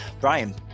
Brian